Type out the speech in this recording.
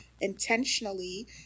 intentionally